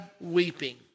weeping